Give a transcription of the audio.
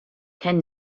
can